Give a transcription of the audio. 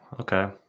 Okay